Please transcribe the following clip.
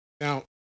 Now